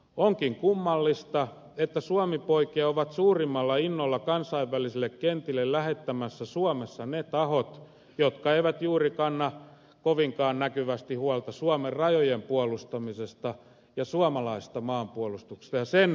onkin kummallista että suomipoikia ovat suurimmalla innolla kansainvälisille kentille lähettämässä suomessa ne tahot jotka eivät kanna kovinkaan näkyvästi huolta suomen rajojen puolustamisesta ja suomalaisesta maanpuolustuksesta ja sen resursoinnista